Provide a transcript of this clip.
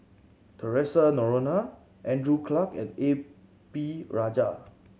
Theresa Noronha Andrew Clarke and A P Rajah